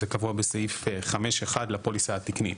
זה קבוע בסעיף 5(1) לפוליסה התקנית,